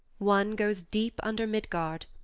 one goes deep under midgard,